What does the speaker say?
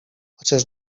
chociaż